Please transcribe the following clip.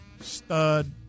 stud